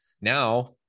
now